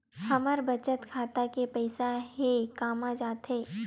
हमर बचत खाता के पईसा हे कामा जाथे?